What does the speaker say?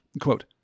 Quote